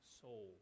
soul